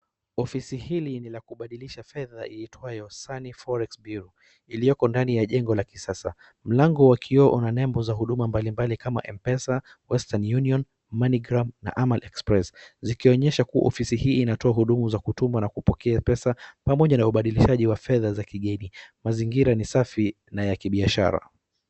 Ofisi hili ni la kubadilisha fedha iitwayo Sunny Forex Bureau iliyoko ndanin ya jengo la kisasa. Mlango wa kioo una nebo za huduma mbalimbali kama Mpesa, Western union, Money gram na amard express. Zikionyesha kuwa ofisi hii inatoa huduma za kutuma na kupokea pesa pamoja na ubadilishaji wa fedha za kigeni. Mazingira ni safi na ya kibiashara.